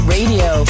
Radio